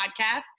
Podcast